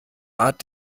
art